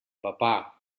papà